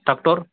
tractor